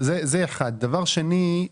דבר שני,